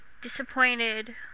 disappointed